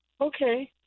okay